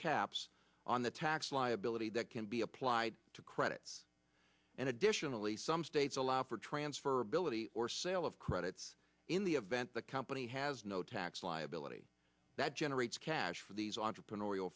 caps on the tax liability that can be applied to credits and additionally some states allow for transferability or sale of credits in the event the company has no tax liability that generates cash for these entrepreneurial